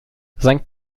sankt